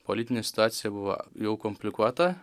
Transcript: politinė situacija buvo jau komplikuota